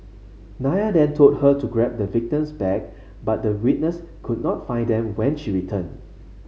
Nair then told her to grab the victim's bag but the witness could not find them when she returned